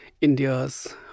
India's